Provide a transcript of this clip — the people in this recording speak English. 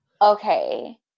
Okay